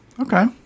Okay